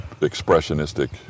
expressionistic